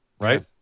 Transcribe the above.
Right